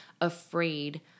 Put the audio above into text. afraid